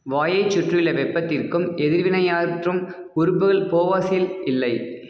வாயைச் சுற்றியுள்ள வெப்பத்திற்கும் எதிர்வினையாற்றும் உறுப்புகள் போவாஸில் இல்லை